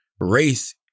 race